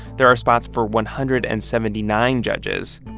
there are spots for one hundred and seventy nine judges.